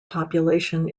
population